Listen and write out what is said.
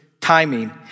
timing